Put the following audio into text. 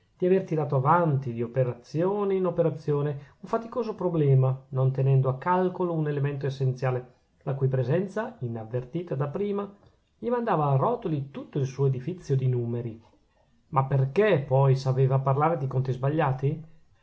di avere tirato avanti di operazione in operazione un faticoso problema non tenendo a calcolo un elemento essenziale la cui presenza inavvertita da prima gli mandava a rotoli tutto il suo edifizio di numeri ma perchè poi s'aveva a parlare di conti sbagliati